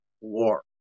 war